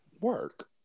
work